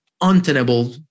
untenable